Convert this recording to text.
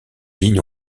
lignes